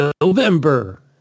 November